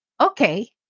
okay